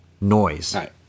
noise